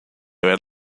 ver